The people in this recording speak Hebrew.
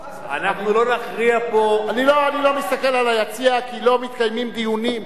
לא, אני מאשים אותו.